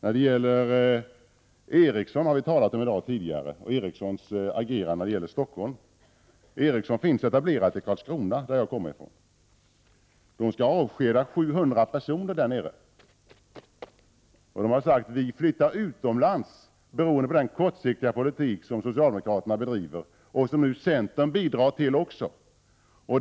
Vi har tidigare i dag talat om Ericsson och Ericssons agerande i Stockholm. Ericsson finns etablerat i Karlskrona, som jag kommer ifrån. Där skall man avskeda 700 personer. Vi flyttar utomlands, har Ericssons sagt, beroende på den kortsiktiga politik som socialdemokraterna bedriver och som centern nu bidrar till.